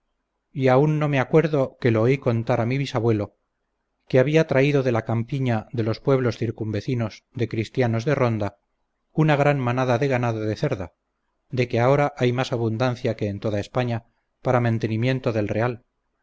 y aun yo me acuerdo que lo oí contar a mi bisabuelo que había traído de la campiña de los pueblos circunvecinos de cristianos de ronda una gran manada de ganado de cerda de que ahora hay más abundancia que en toda españa para mantenimiento del real